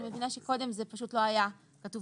אני מבינה שקודם זה פשוט לא היה כתוב